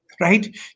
Right